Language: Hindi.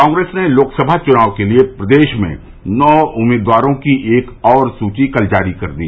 कांग्रेस ने लोकसभा चुनाव के लिए प्रदेश में नौ उम्मीदवारों की एक और सूची कल जारी कर दी